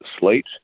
slate